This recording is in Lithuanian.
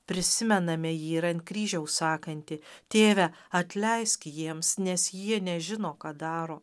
prisimename jį ir ant kryžiaus sakantį tėve atleiski jiems nes jie nežino ką daro